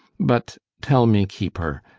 but tell me, keeper,